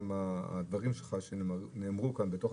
גם הדברים שנאמרו על ידך כאן הוועדה